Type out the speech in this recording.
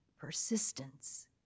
Persistence